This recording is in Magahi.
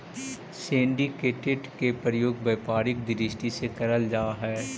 सिंडीकेटेड के प्रयोग व्यापारिक दृष्टि से करल जा हई